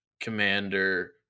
commander